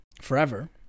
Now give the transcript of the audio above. forever